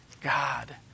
God